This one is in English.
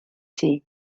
tea